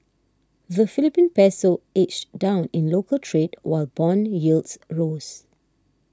the Philippine Peso edged down in local trade while bond yields rose